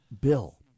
bill